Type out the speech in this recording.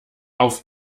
auf